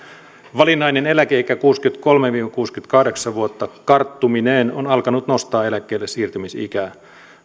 valinnainen eläkeikä kuusikymmentäkolme viiva kuusikymmentäkahdeksan vuotta karttumineen on alkanut nostaa eläkkeellesiirtymisikää